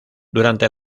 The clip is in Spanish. durante